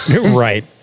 right